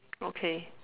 okay